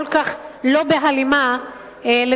כל כך לא בהלימה לתוכניתך?